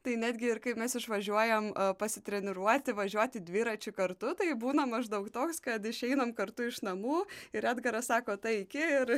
tai netgi ir kaip mes išvažiuojam pasitreniruoti važiuoti dviračiu kartu tai būna maždaug toks kad išeinam kartu iš namų ir edgaras sako tai iki ir